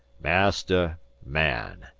master man.